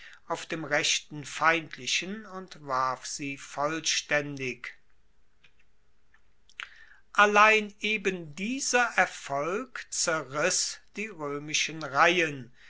auf dem rechten feindlichen und warf sie vollstaendig allein eben dieser erfolg zerriss die roemischen reihen